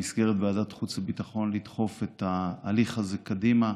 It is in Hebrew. במסגרת ועדת החוץ והביטחון לדחוף את ההליך הזה קדימה,